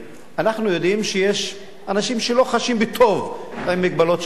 אנחנו יודעים שיש אנשים שלא חשים בטוב עם מגבלות של החוק,